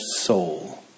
soul